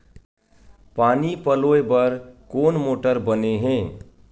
पानी पलोय बर कोन मोटर बने हे?